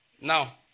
Now